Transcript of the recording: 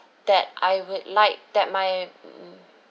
that I would like that my